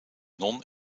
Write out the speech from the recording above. non